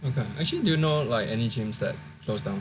actually do you know like any gyms that closed down